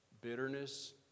bitterness